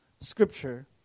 scripture